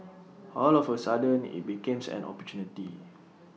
all of A sudden IT becomes an opportunity